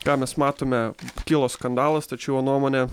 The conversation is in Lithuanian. ką mes matome kilo skandalas tačiau jo nuomone